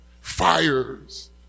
Fires